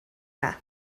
yna